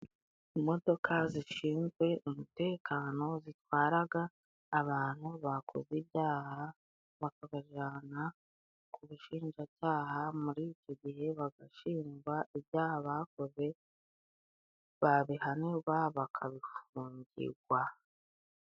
Imodoka zishinzwe umutekano zitwaraga abantu bakoze ibyaha, bakabajana ku bushinjacyaha muri icyo gihe bagashinjwa ibyaha bakoze, babihanigwa bakabifungirwa.